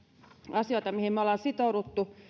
asioita mihin me olemme sitoutuneet